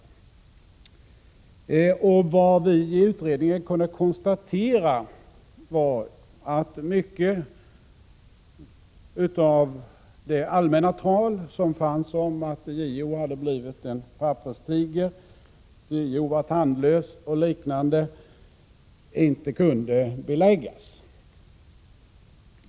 Vad vi i utredningen kunde konstatera var att mycket av det allmänna talet om att JO hade blivit en papperstiger, att JO var tandlös och liknande inte kunde beläggas.